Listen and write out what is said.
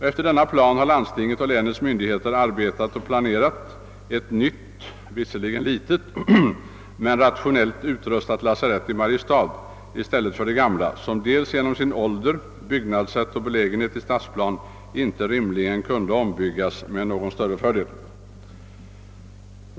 Efter denna plan har landstinget och länets myndigheter arbetat och planerat ett nytt, visserligen litet men rationellt utrustat lasarett i Mariestad i stället för det gamla, som dels på grund av ålder och byggnadssätt, dels på grund av belägenhet i stadsplan inte rimligen kunde ombyggas med någon fördel.